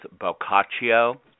Boccaccio